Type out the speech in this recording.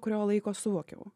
kurio laiko suvokiau